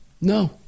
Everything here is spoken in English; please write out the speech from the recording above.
no